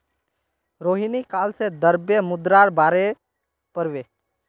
रोहिणी काल से द्रव्य मुद्रार बारेत पढ़बे